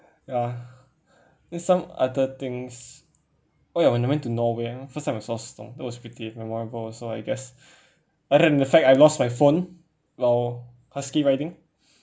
ya there's some other things oh ya when I went to norway first time I saw snow that was pretty memorable also I guess other than the fact I lost my phone while uh ski riding